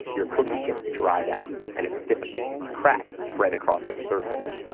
your cookie gets dried out and it stiffens. cracks spread across its surface.